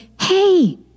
hey